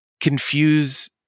confuse